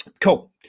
cool